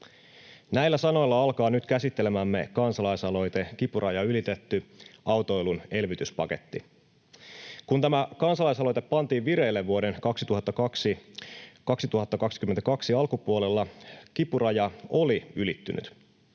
Näillä sanoilla alkaa nyt käsittelemämme kansalaisaloite ”Kipuraja ylitetty — autoilun elvytyspaketti”. Kun tämä kansalaisaloite pantiin vireille vuoden 2022 alkupuolella, kipuraja oli ylittynyt.